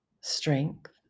strength